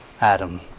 Adam